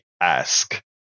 ask